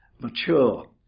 mature